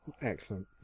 Excellent